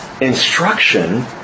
instruction